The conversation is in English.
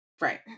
Right